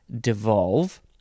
Devolve